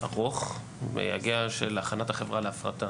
ארוך של הכנת החברה להפרטה.